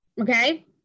Okay